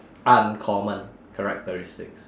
uncommon characteristics